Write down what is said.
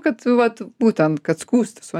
kad vat būtent kad skųstis o